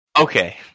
Okay